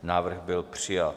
Návrh byl přijat.